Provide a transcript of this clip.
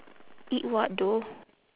eat what though